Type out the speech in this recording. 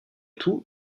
tout